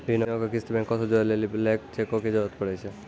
ऋणो के किस्त बैंको से जोड़ै लेली ब्लैंक चेको के जरूरत पड़ै छै